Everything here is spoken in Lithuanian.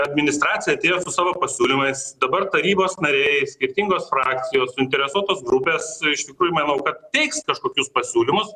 administracija atėjo savo pasiūlymais dabar tarybos nariai skirtingos frakcijos interesuotos grupės iš tikrųjų manau kad teiks kažkokius pasiūlymus